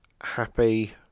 happy